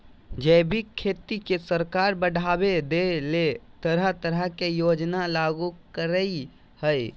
जैविक खेती के सरकार बढ़ाबा देबय ले तरह तरह के योजना लागू करई हई